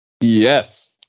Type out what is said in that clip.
Yes